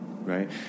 right